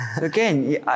Again